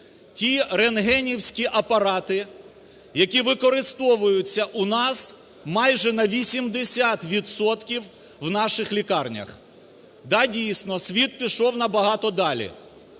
ті рентгенівські апарати, які використовуються у нас майже на 80 відсотків в наших лікарнях. Да, дійсно, світ пішов набагато далі.